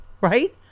right